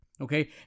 okay